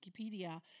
Wikipedia